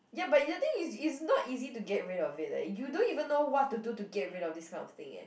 ya but the thing is it's not easy to get rid of it leh you don't even know what to do to get rid of this kind of thing eh